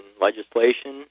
legislation